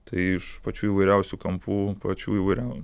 tai iš pačių įvairiausių kampų pačių įvairiausių